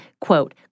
Quote